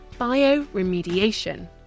bioremediation